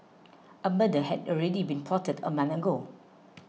a murder had already been plotted a month ago